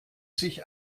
sich